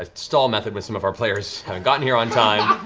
ah stall method when some of our players haven't gotten here on time.